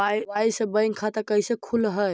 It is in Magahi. मोबाईल से बैक खाता कैसे खुल है?